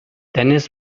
dennis